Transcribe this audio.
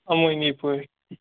اَمٲنی پٲٹھۍ